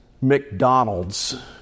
McDonald's